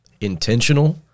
intentional